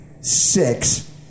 six